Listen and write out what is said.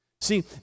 See